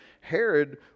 Herod